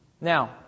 Now